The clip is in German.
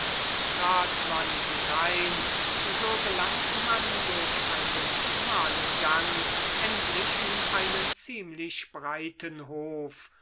trat man hinein so gelangte man durch einen schmalen gang endlich in einen ziemlich breiten hof